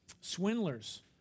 Swindlers